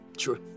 Sure